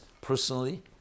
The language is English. personally